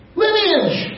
lineage